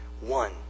one